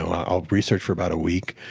i'll research for about a week,